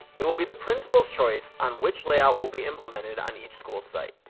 it will be the principal's choice on which layout will be implemented on each school site.